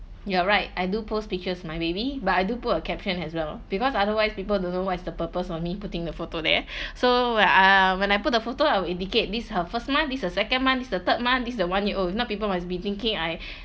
you are right I do post pictures of my baby but I do put a caption as well because otherwise people don't know what is the purpose of me putting the photo there so when I when I put the photo I will indicate this is her first month this is her second month this is the third month this the one year old if not people must be thinking I